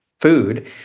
food